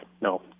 No